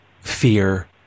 fear